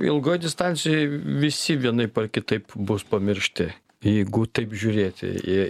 ilgoj distancijoj visi vienaip ar kitaip bus pamiršti jeigu taip žiūrėti į